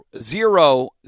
zero